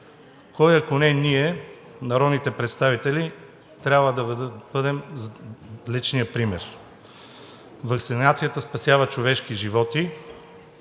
кой, ако не ние, народните представители, трябва да бъдем личния пример? Ваксинацията спасява човешки животи